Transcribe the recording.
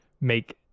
make